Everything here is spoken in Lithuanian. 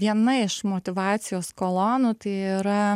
viena iš motyvacijos kolonų tai yra